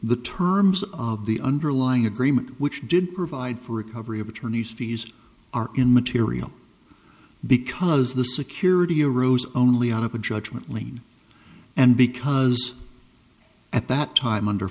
the terms of the underlying agreement which did provide for recovery of attorneys fees are in material because the security arose only out of a judgment lien and because at that time under